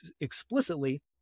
explicitly